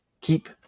keep